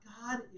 God